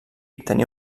tenia